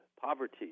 poverty